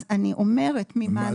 אז אני אומרת ממה נפשך.